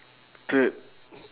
third